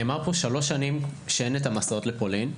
נאמר כאן שכבר שלוש שנים אין את המסעות לפולין.